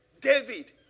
David